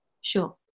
sure